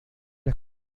las